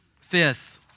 Fifth